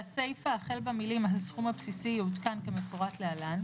בסיפה החל במילים "הסכום הבסיסי יעודכן כמפורט להלן",